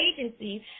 agencies